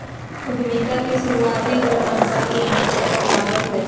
उद्यमिता के शुरुआती दौर नवजात उधमिता कहलावय हय